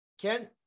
Ken